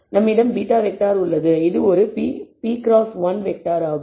எனவே நம்மிடம் β வெக்டார் உள்ளது இது ஒரு p x கிராஸ் 1 வெக்டார் ஆகும்